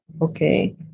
okay